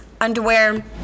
underwear